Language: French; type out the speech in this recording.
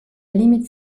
limite